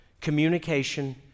communication